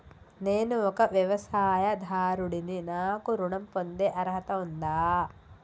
నేను ఒక వ్యవసాయదారుడిని నాకు ఋణం పొందే అర్హత ఉందా?